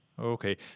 Okay